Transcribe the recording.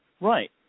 Right